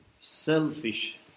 selfish